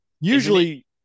usually